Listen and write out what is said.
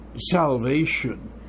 salvation